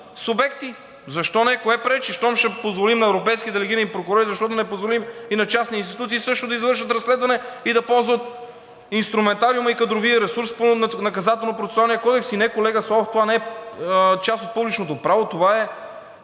субекти. Защо не, кое пречи? Щом ще позволим на европейски делегирани прокурори, защо да не позволим и на частни институции също да извършват разследване, да ползват инструментариума и кадровия ресурс по Наказателно-процесуалния кодекс? И не, колега Славов, това не е част от публичното право, това е